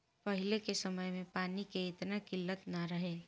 पहिले के समय में पानी के एतना किल्लत ना रहे